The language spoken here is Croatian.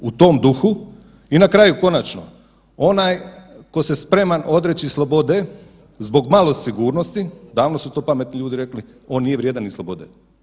U tom duhu i na kraju konačno, onaj ko se spreman odreći slobode zbog malo sigurnosti, davno su to pametni ljudi rekli, on nije vrijedan ni slobode.